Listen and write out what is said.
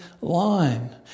line